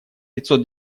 пятьсот